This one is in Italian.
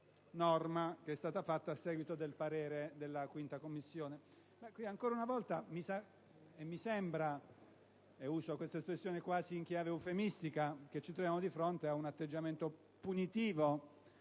che è stata fatta a seguito del parere della 5a Commissione permanente. Ancora una volta mi sembra - e uso questa espressione quasi in chiave eufemistica - che ci troviamo di fronte ad un atteggiamento punitivo